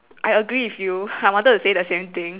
I agree with you I wanted to say the same thing